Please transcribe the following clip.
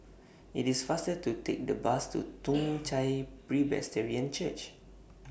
IT IS faster to Take The Bus to Toong Chai Presbyterian Church